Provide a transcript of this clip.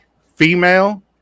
female